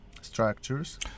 structures